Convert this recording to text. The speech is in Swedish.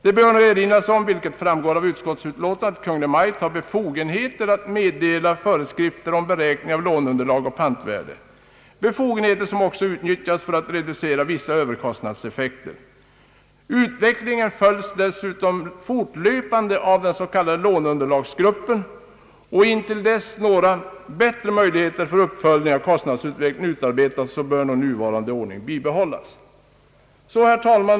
Det bör erinras om, vilket framgår av utskottsutlåtandet, att Kungl. Maj:t har befogenheter att meddela föreskrifter om beräkning av låneunderlag och pantvärde, befogenheter som också utnyttjas för att reducera vissa överkostnadseffekter. Utvecklingen följs dessutom fortlöpande av den s.k. låneunderlagsgruppen, och intill dess några bättre möjligheter för uppföljning av kostnadsutvecklingen utarbetats bör nog nuvarande ordning bibehållas. Herr talman!